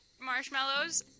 marshmallows